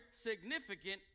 significant